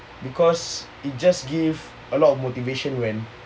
because it just give a lot of motivation when